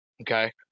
Okay